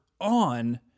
on